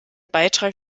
beitrag